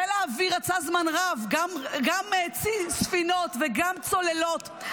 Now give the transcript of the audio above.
חיל האוויר רצה זמן רב גם צי ספינות וגם צוללות.